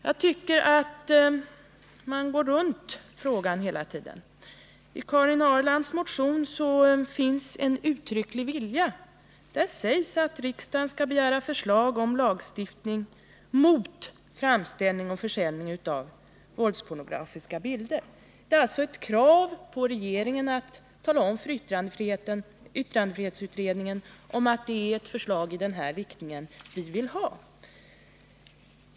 Jag tycker att man går runt frågan hela tiden. I Karin Ahrlands motion finns en uttrycklig viljeyttring: Där sägs att riksdagen skall begära förslag om lagstiftning mot framställning och försäljning av våldspornografiska bilder. Det är alltså ett krav på regeringen att tala om för yttrandefrihetsutredningen att det är ett förslag i den riktningen vi vill ha.